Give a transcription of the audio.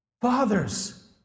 Fathers